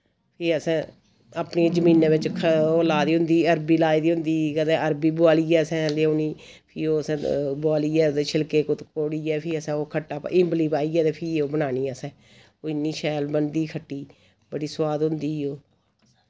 फ्ही असैं अपनी जमीनें विच ओह् ला दी होंदी अरबी लाए दी होंदी कदे अरबी बोआलियै असैं लेओनी फ्ही ओ असैं बोआलियै ते छिलके कोड़ियै फ्ही असैं ओ खट्टा इमली पाइयै ते फ्ही ओ बनानी असैं ओ इन्नी शैल बनदी खट्टी बड़ी सोआद होंदी ओ